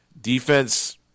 Defense